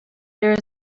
there